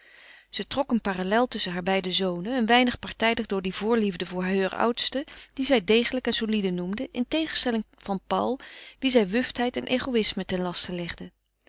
trok een parellel tusschen hare beide zonen een weinig partijdig door die voorliefde voor heur oudste dien zij degelijk en soliede noemde in tegenstelling van paul wien zij wuftheid en egoïsme ten laste legde